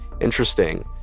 interesting